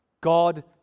God